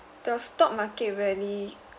the stock market really